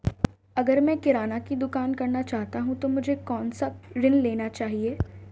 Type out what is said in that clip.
अगर मैं किराना की दुकान करना चाहता हूं तो मुझे कौनसा ऋण लेना चाहिए?